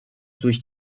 durch